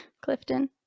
Clifton